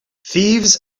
thieves